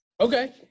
Okay